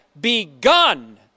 begun